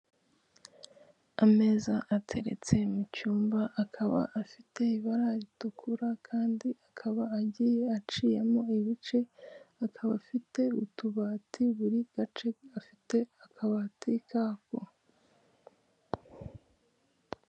Ameza ateretse mu cyumba akaba afite ibara ritukura kandi akaba agiye aciyemo ibice, akaba afite utubati buri gace afite akabati kako.